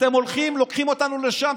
אתם הולכים, לוקחים אותנו לשם.